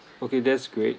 okay that's great